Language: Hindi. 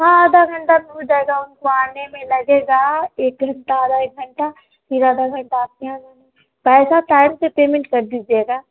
हाँ आधा घंटा हो जाएगा उनको आने में लगेगा एक एक घंटा आधा एक घंटा फ़िर आधा घंटा आपके यहाँ मानो पैसा टाइम से पेमेंट कर दीजिएगा